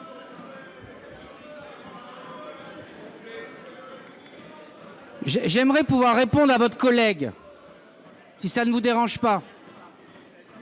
J'aimerais pouvoir répondre à votre collègue, si cela ne vous dérange pas